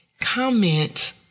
comment